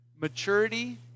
maturity